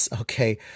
Okay